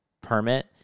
permit